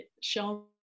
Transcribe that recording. shown